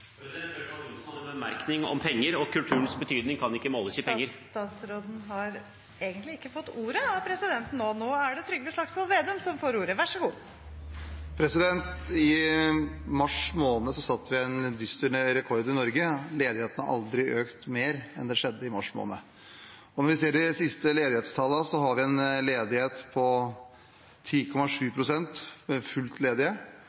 President, representanten Ørsal Johansen hadde en bemerkning om penger, men kulturens betydning kan ikke måles i penger. Statsråden har egentlig ikke fått ordet av presidenten. Nå er det Trygve Slagsvold Vedum som får ordet i neste hovedspørsmål – vær så god. I mars måned satte vi en dyster rekord i Norge: Ledigheten har aldri økt mer enn den gjorde i mars. De siste ledighetstallene viser en ledighet på 10,7 pst.for fullt ledige, men når man regner med dem som er delvis ledige